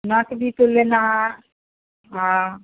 नाक भी तो लेना है हाँ